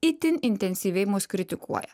itin intensyviai mus kritikuoja